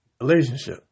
relationship